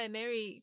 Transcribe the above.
Mary